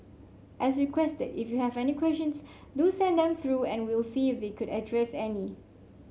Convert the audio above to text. as requested if you have any questions do send them through and we'll see if they could address any